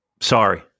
sorry